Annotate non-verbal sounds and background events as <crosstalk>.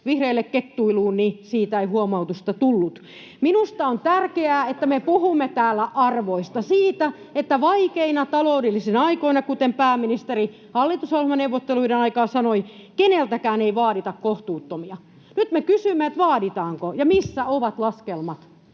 vihreille kettuiluun, siitä ei huomautusta tullut. <noise> Minusta on tärkeää, että me puhumme täällä arvoista: siitä, että vaikeina taloudellisina aikoina, kuten pääministeri hallitusohjelmaneuvotteluiden aikaan sanoi, keneltäkään ei vaadita kohtuuttomia. Nyt me kysymme, vaaditaanko ja missä ovat laskelmat.